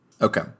Okay